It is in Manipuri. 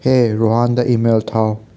ꯍꯦ ꯔꯣꯍꯟꯗ ꯏꯃꯦꯜ ꯊꯥꯎ